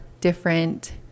different